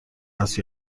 است